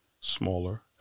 Smaller